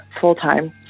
full-time